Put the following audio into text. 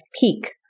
peak